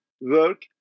work